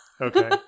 Okay